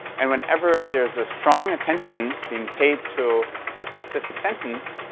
and whenever there is a strong attention being paid to a specific sentence,